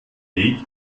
weg